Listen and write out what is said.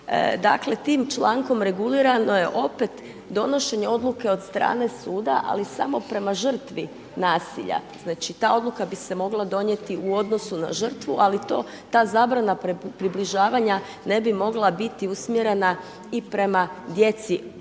Dakle, tim člankom regulirano je opet donošenje odluke od strane suda ali samo prema žrtvi nasilja. Znači ta odluka bi se mogla donijeti u odnosu na žrtvu ali ta zabrana približavanja ne bi mogla biti usmjerena i prema djeci